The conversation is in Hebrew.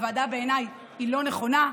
הוועדה בעיניי היא לא נכונה,